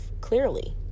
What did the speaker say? clearly